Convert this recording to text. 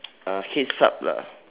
uh heads up lah